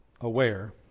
aware